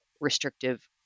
restrictive